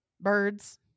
birds